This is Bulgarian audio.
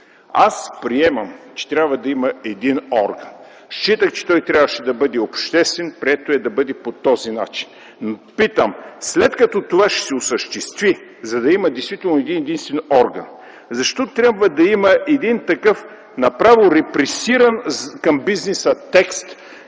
Аз приемам, че трябва да има един орган. Считах, че той трябва да бъде обществен, прието е да бъде по този начин, но питам, след като това ще се осъществи, за да има действително един-единствен орган, защо трябва да има един такъв направо репресивен към бизнеса текст,